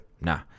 nah